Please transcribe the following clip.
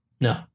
No